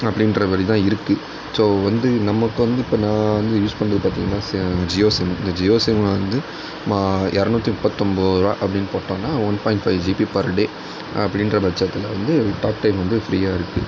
அப்படின்றபடி தான் இருக்கு ஸோ வந்து நமக்கு வந்து இப்போது நான் வந்து யூஸ் பண்ணுறது பார்த்தீங்கன்னா சே ஜியோ சிம் இந்த ஜியோ சிம் வந்து மா இருநூத்தி முப்பத்தொன்போது ரூபா அப்படின்னு போட்டோன்னா one point five GB per day அப்படின்ற பட்சத்தில வந்து டாக்டைம் வந்து ஃப்ரீயாக இருக்கு